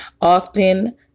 Often